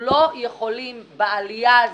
בעלייה הזאת,